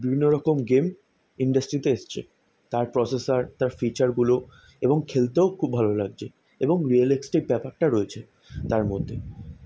বিভিন্ন রকম গেম ইন্ডাস্ট্রিতে এসছে তার প্রসেসার ফিচারগুলো এবং খেলতেও খুব ভালো লাগজে এবং রিয়ালেস্টেক ব্যাপারটা রয়েছে তার মধ্যে